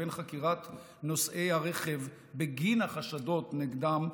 לבין חקירת נוסעי הרכב בגין החשדות נגדם,